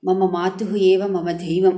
मम माता एव मम दैवम्